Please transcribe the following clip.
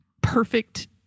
perfect